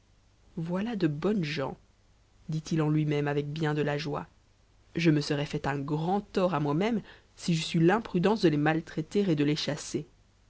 voilà de bonnes gens dit-il en lui-même avec bien de la joie je me serais fait un grand tort à moi-même si j'eusse eu l'imprudence de les maltraiter et de les chasser